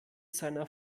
seiner